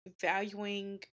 valuing